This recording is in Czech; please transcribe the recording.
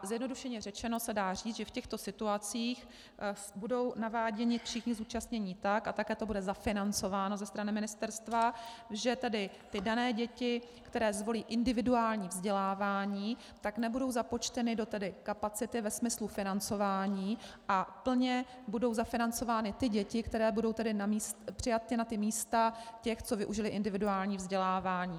Zjednodušeně řečeno se dá říct, že v těchto situacích budou naváděni všichni zúčastnění tak, a také to bude zafinancováno ze strany ministerstva, že ty dané děti, které zvolí individuální vzdělávání, nebudou započteny do kapacity ve smyslu financování a plně budou zafinancovány ty děti, které budou přijaty na místa těch, co využili individuální vzdělávání.